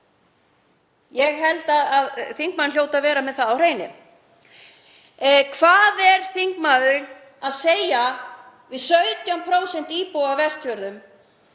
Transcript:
Ég held að hv. þingmaður hljóti að vera með það á hreinu. Hvað er þingmaðurinn að segja við 17% íbúa á Vestfjörðum,